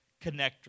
connector